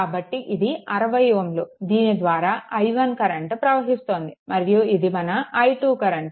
కాబట్టి ఇది 60Ω దీని ద్వారా i1 కరెంట్ ప్రవహిస్తోంది మరియు ఇది మన i2 కరెంట్